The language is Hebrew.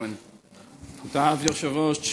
תודה, היושב-ראש,